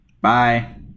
Bye